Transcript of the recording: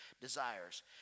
desires